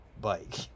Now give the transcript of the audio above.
bike